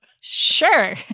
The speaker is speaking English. Sure